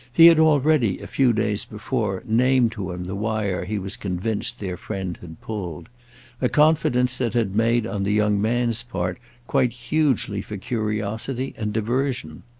he had already, a few days before, named to him the wire he was convinced their friend had pulled a confidence that had made on the young man's part quite hugely for curiosity and diversion.